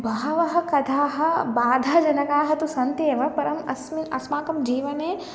बहवः कथाः बाधाजनकाः तु सन्ति एव परम् अस्मिन् अस्माकं जीवने